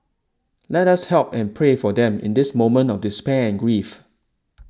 let us help and pray for them in this moment of despair and grief